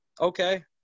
okay